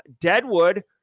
Deadwood